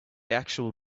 actual